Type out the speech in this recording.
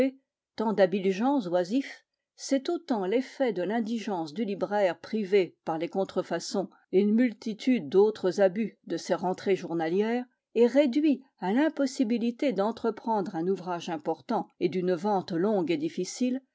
tant d'habiles gens oisifs c'est autant l'effet de l'indigence du libraire privé par les contrefaçons et une multitude d'autres abus de ses rentrées journalières et réduit à l'impossibilité d'entreprendre un ouvrage important et d'une vente longue et difficile